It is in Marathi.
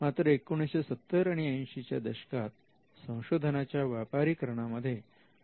मात्र 1970 आणि 80 च्या दशकात संशोधनाच्या व्यापारीकरणा मध्ये नवीन बदल घडून आला